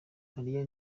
maria